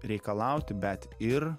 reikalauti bet ir